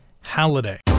Halliday